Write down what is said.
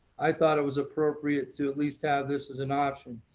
i thought it was appropriate to at least have this as an option.